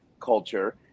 culture